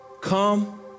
come